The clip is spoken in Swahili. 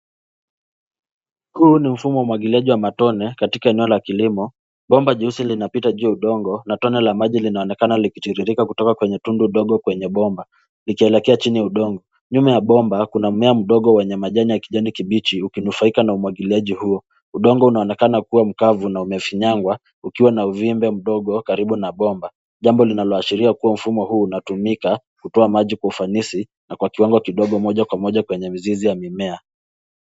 Huu ni mfumo wa umwagiliaji wa matone katika eneo la kilimo, bomba jeusi linapita juu ya udongo na tone la maji linaonekana likitiririka kutoka kwenye tundu ndogo kwenye bomba likielekea chini ya udongo. Nyuma ya bomba kuna mmea mdogo wenye majani ya kijani kibichi ukinufaika na umwagiliaji huo. Udongo unaonekana kuwa mkavu na umefinyangwa ukiwa na uvimbe mdogo karibu na bomba, jambo linaloashiria kuwa mfumo huu unatumika kutoa maji kwa ufanisi na kwa kiwango kidogo moja kwa moja kwenye mizizi ya mimea.